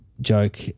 joke